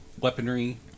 weaponry